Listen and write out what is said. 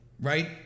right